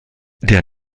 der